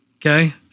Okay